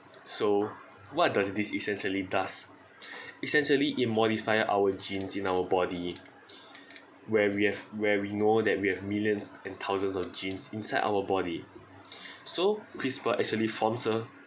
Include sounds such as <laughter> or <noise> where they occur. so what does this essentially does <breath> essentially it modify our gene in our body <breath> where we have where we know that we have millions and thousands of genes inside our body <breath> so CRISPR actually forms a